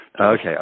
Okay